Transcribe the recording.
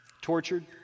Tortured